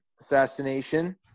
assassination